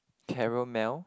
caramel